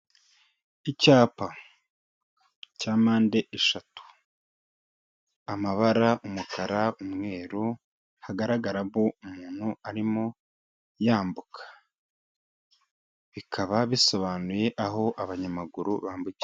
Icyapa cya mpande eshatu, amabara umukara, umweru hagaragaramo umuntu arimo yambuka, bikaba bisobanuye aho abanyamaguru bambukira.